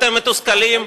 אתם מתוסכלים?